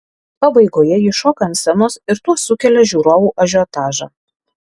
pabaigoje ji šoka ant scenos ir tuo sukelia žiūrovų ažiotažą